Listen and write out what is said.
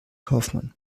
kaufmann